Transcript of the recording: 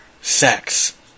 sex